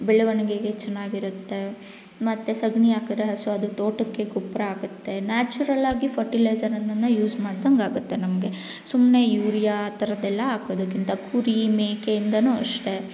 ಬೆಳವಣಿಗೆಗೆ ಚೆನ್ನಾಗಿರುತ್ತೆ ಮತ್ತು ಸಗಣಿ ಹಾಕರೆ ಹಸು ಅದು ತೋಟಕ್ಕೆ ಗೊಬ್ಬರ ಆಗುತ್ತೆ ನ್ಯಾಚುರಲ್ಲಾಗಿ ಫರ್ಟಿಲೈಸರ್ನ್ನ ಯೂಸ್ ಮಾಡಿದಂಗಾಗತ್ತೆ ನಮಗೆ ಸುಮ್ಮನೆ ಯೂರಿಯಾ ಆ ಥರದೆಲ್ಲ ಹಾಕೋದಕ್ಕಿಂತ ಕುರಿ ಮೇಕೆ ಇಂದನೂ ಅಷ್ಟೇ